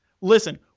Listen